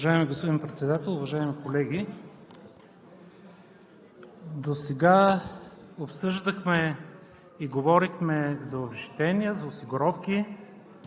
Уважаеми господин Председател, уважаеми колеги! Досега обсъждахме и говорехме за обезщетения, за осигуровки